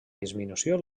disminució